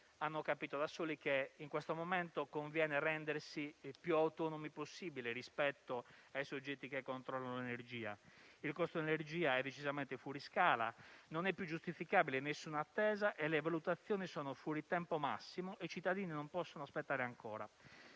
hanno capito da soli che in questo momento conviene rendersi più autonomi possibili rispetto ai soggetti che controllano l'energia. Il costo dell'energia è decisamente fuori scala: non è più giustificabile alcuna attesa, le valutazioni sono fuori tempo massimo e i cittadini non possono aspettare ancora.